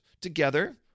together